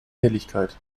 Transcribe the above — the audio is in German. helligkeit